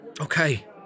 okay